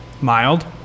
mild